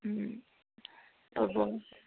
ও